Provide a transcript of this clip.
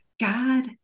God